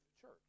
church